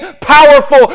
powerful